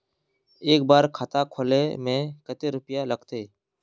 एक बार खाता खोले में कते रुपया लगते?